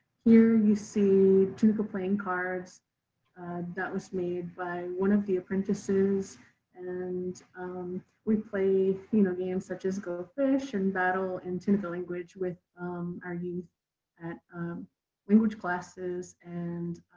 here you see tunica playing cards that was made by one of the apprentices and um we play, you know, games such as go fish and battle in and tunica language with our youth at language classes and